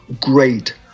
great